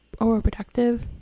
overproductive